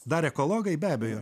dar ekologai be abejo